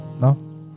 No